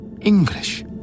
English